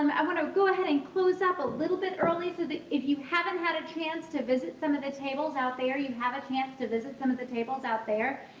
um i want to go ahead and close up a little bit early so that if you haven't had a chance to visit some of the tables out there, you have a chance to visit some of the tables out there.